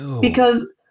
Because-